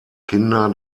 kinder